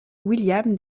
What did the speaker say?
william